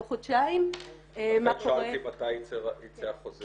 תוך חודשיים -- לכן שאלתי מתי ייצא החוזר.